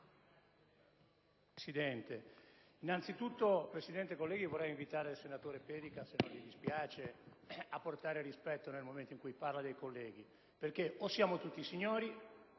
Presidente, colleghi, innanzitutto vorrei invitare il senatore Pedica, se non gli dispiace, a portare rispetto nel momento in cui parla dei colleghi, perché o siamo tutti signori